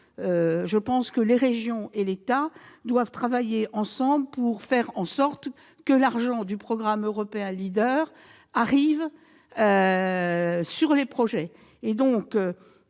Je pense que les régions et l'État doivent travailler ensemble pour que l'argent du programme européen Leader bénéficie aux projets.